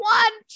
one